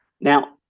Now